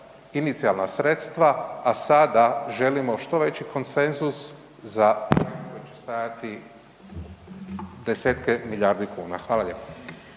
inicijalna sredstva a sada želimo što veći konsenzus za koji će stajati desetke milijardi kuna. Hvala lijepo.